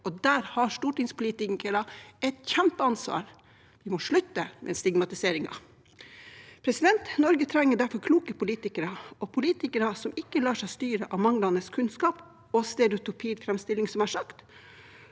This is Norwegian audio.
og der har stortingspolitikere et kjempeansvar – vi må slutte med stigmatiseringen. Norge trenger derfor kloke politikere og politikere som ikke lar seg styre av manglende kunnskap og stereotyp framstilling. Som jeg har